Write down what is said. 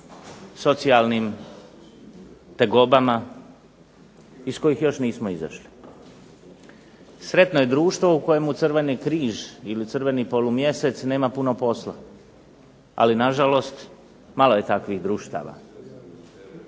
socijalnim tegobama iz kojih još nismo izašli. Sretno je društvo u kojem Crveni križ ili Crveni polumjesec nema puno posla. Ali na žalost malo je takvih društava,